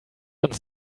uns